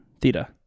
Theta